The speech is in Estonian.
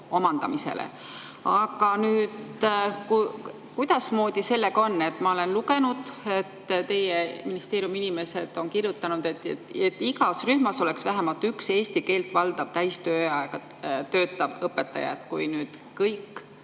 omandamisele. Kuidasmoodi sellega on? Ma olen lugenud, teie ministeeriumi inimesed on kirjutanud, et igas rühmas [peaks olema] vähemalt üks eesti keelt valdav täistööajaga töötav õpetaja. Kui nüüd kogu